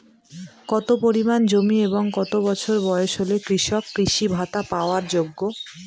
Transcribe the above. কত পরিমাণ জমি এবং কত বছর বয়স হলে কৃষক কৃষি ভাতা পাওয়ার যোগ্য?